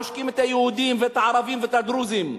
עושקים את היהודים ואת הערבים ואת הדרוזים.